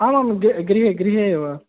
आम् आं गृहे गृहे एव